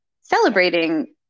celebrating